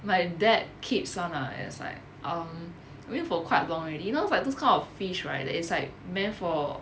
my dad keeps one lah it's like um I think for quite long already you know like those kind of fish right that it's like meant for